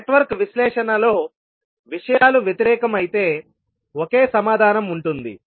network విశ్లేషణలో విషయాలు వ్యతిరేకం అయితే ఒకే సమాధానం ఉంటుంది